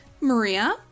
Maria